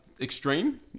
extreme